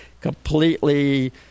Completely